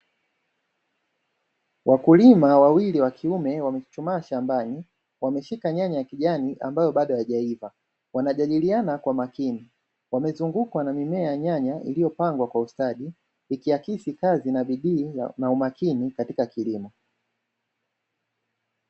Wakulima wawili wa kiume wamechuchumaa shambani, wameshika nyanya ya kijani ambayo bado haijaiva, wanajadiliana kwa makini. Wamezungukwa na mimea ya nyanya iliyopangwa kwa ustadi, ikiakisi kazi ya bidii na umakini katika kilimo.